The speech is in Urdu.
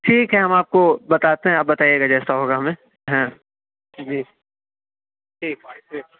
ٹھیک ہے ہم آپ کو بتاتے ہیں آپ بتائیے گا جیسا ہو گا ہمیں ہاں جی ٹھیک ٹھیک